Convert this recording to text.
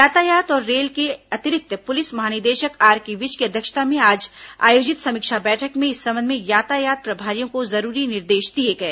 यातायात और रेल के अतिरिक्त पुलिस महानिदेशक आरके विज की अध्यक्षता में आज आयोजित समीक्षा बैठक में इस संबंध में यातायात प्रभारियों को जरूरी निर्देश दिए गए